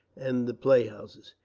and the playhouses.